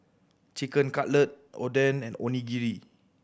Chicken Cutlet Oden and Onigiri